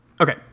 Okay